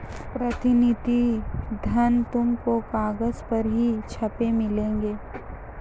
प्रतिनिधि धन तुमको कागज पर ही छपे मिलेंगे